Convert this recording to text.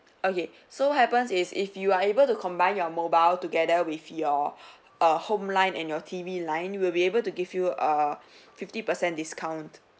okay so what happens is if you are able to combine your mobile together with your err home line and your T_V line we will be able to give you a fifty percent discount